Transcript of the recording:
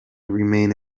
remain